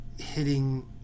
Hitting